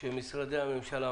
שמשרדי הממשלה,